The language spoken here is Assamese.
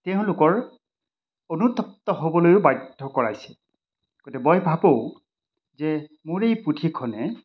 তেওঁলোকৰ অনুতপ্ত হ'বলৈও বাধ্য কৰাইছে গতিকে মই ভাবোঁ যে মোৰ এই পুথিখনে